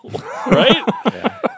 right